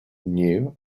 knew